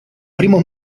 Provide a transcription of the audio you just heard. primo